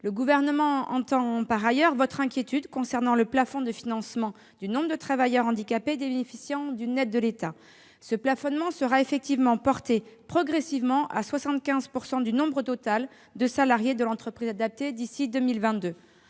Le Gouvernement entend par ailleurs votre inquiétude concernant le plafond de financement du nombre de travailleurs handicapés bénéficiant d'une aide de l'État. Ce plafonnement sera effectivement porté progressivement à 75 % du nombre total de salariés de l'entreprise adaptée d'ici à 2022.